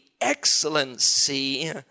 excellency